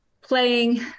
playing